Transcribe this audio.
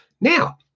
Now